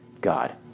God